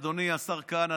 אדוני השר כהנא,